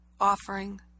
Offering